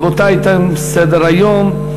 רבותי, תם סדר-היום.